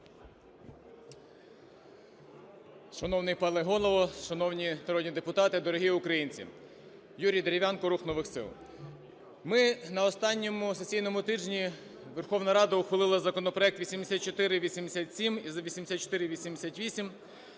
Шановний пане Голово! Шановні народні депутати, дорогі українці! Юрій Дерев'янко, "Рух нових сил". Ми, на останньому сесійному тижні Верховної Ради, ухвалили законопроект 8487 і 8488.